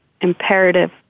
imperative